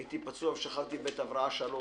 הייתי פצוע אז ושכבתי בבית הבראה 3,